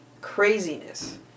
craziness